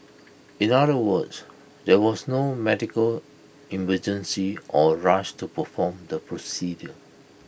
in other words there was no medical emergency or rush to perform the procedure